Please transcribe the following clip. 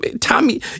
Tommy